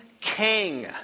king